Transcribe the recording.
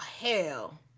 hell